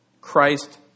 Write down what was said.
Christ